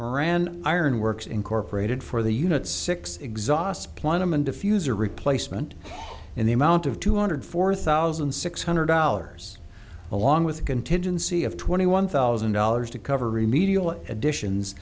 moran ironworks incorporated for the unit six exhaust plenum and diffuser replacement in the amount of two hundred four thousand six hundred dollars along with a contingency of twenty one thousand dollars to cover remedial additions